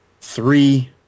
three